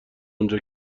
اونجا